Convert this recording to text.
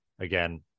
again